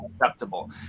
acceptable